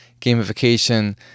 gamification